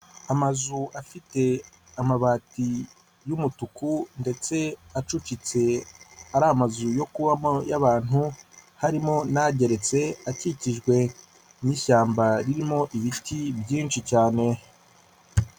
Amazu afite amabati y'umutuku ndetse acucitse, ari amazu yo kubamo y'abantu harimo n'ageretse akikijwe n'ishyamba ririmo ibiti byinshi cyane.